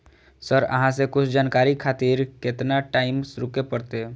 Sir अहाँ से कुछ जानकारी खातिर केतना टाईम रुके परतें?